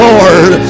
Lord